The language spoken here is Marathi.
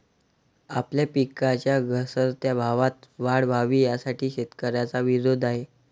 आपल्या पिकांच्या घसरत्या भावात वाढ व्हावी, यासाठी शेतकऱ्यांचा विरोध आहे